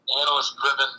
analyst-driven